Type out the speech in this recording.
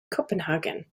copenhagen